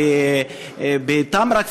בתמרה,